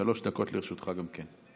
שלוש דקות לרשותך גם כן.